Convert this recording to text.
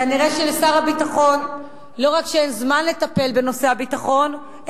כנראה לשר הביטחון לא רק שאין זמן לטפל בנושא הביטחון,